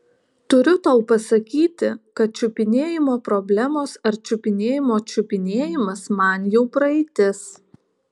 turiu tau pasakyti kad čiupinėjimo problemos ar čiupinėjimo čiupinėjimas man jau praeitis